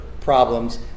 problems